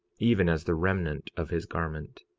even as the remnant of his garment.